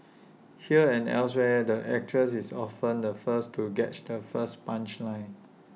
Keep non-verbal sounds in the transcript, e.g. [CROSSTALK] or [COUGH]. here and elsewhere the actress is often the first to get [UNINTELLIGIBLE] the first punchline